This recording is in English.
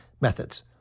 Methods